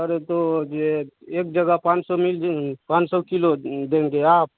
sir ये तो एक जगह पाँच सौ मिली पाँच सौ किलो देंगे आप